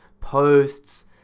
posts